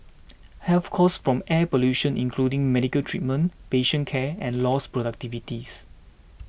health costs from air pollution including medical treatment patient care and lost productivities